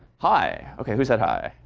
hi. ok, who said hi?